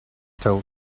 told